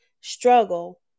struggle